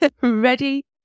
ready